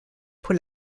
pour